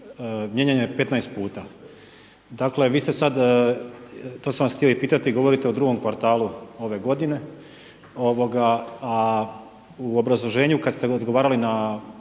mijenjan je 15 puta. Dakle vi ste sad, to sam vas htio i pitati, govorite o drugom kvartalu ove godine a obrazloženju kad ste odgovarali na